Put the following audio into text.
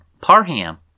Parham